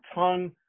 tongue